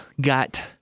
got